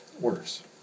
worse